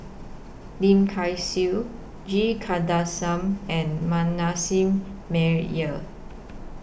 Lim Kay Siu G Kandasamy and Manasseh Meyer